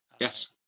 Yes